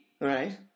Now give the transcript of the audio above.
Right